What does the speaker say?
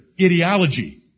ideology